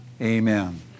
amen